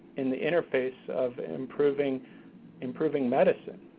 in the interface of improving improving medicine.